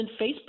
Facebook